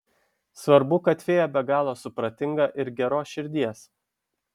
svarbu kad fėja be galo supratinga ir geros širdies